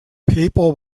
people